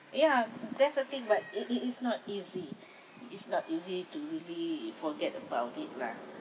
ya that's the thing but it it it's not easy it's not easy to really forget about it lah